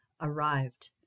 arrived